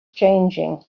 changing